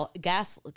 gas